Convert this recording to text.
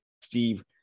steve